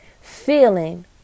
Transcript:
Feeling